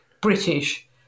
British